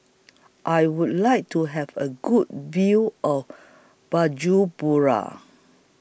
I Would like to Have A Good View of Bujumbura